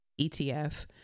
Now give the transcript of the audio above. ETF